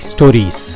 Stories